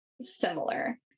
similar